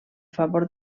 favor